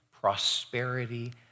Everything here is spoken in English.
prosperity